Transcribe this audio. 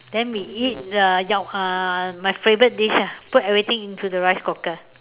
then we eat the Yao uh my favorite dish ah put everything into the rice cooker